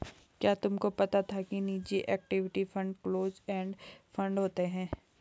क्या तुम्हें पता था कि निजी equity fund close end fund होते हैं?